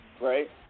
Right